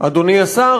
אדוני השר,